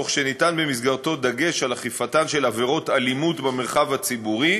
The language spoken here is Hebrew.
תוך שניתן במסגרתו דגש על אכיפתן של עבירות אלימות במרחב הציבורי